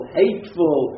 hateful